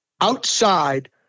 outside